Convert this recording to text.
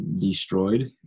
destroyed